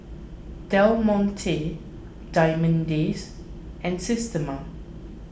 Del Monte Diamond Days and Systema